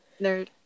Nerd